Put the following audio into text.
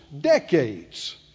decades